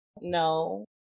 no